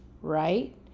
right